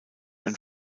ein